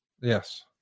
Yes